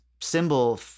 symbol